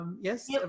Yes